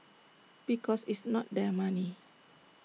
because it's not their money